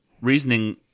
reasoning